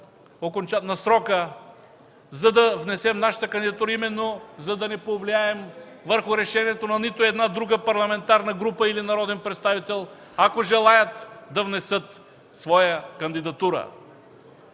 изтичането на срока, за да внесем нашата кандидатура именно, за да не повлияем върху решението на нито една друга парламентарна група или народен представител, ако желаят да внесат своя кандидатура.